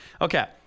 Okay